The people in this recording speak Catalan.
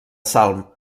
salm